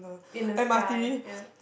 in the sky ya